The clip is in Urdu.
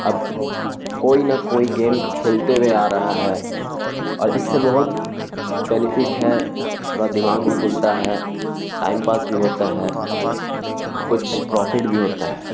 اب کوئی نہ کوئی گیم کھیلتے ہوئے آ رہا ہے اور اس سے بہت بینیفٹ ہے تھوڑا دماغ بھی کھلتا ہے ٹائم پاس بھی ہوتا ہے کچھ پرافٹ بھی ہوتا ہے